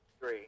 Three